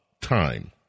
time